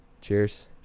Cheers